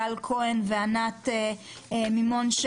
גל כהן וענת מימון,